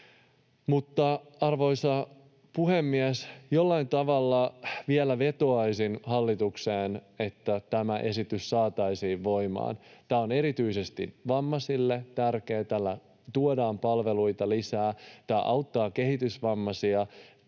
Arvoisa puhemies! Jollain tavalla vielä vetoaisin hallitukseen, että tämä esitys saataisiin voimaan. Tämä on erityisesti vammaisille tärkeä. Tällä tuodaan palveluita lisää. Tämä auttaa kehitysvammaisia